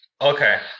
Okay